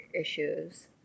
issues